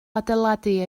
adeiladu